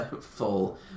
full